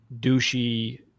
douchey